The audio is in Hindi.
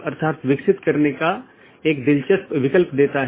BGP सत्र की एक अवधारणा है कि एक TCP सत्र जो 2 BGP पड़ोसियों को जोड़ता है